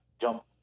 Jump